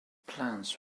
plans